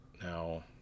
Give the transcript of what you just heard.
Now